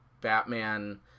batman